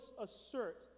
assert